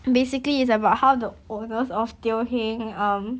basically it's about how the owners of Teo Heng um